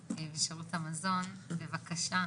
בבקשה.